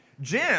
Jim